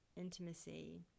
intimacy